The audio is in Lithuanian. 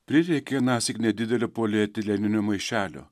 prireikė anąsyk nedidelio polietileninio maišelio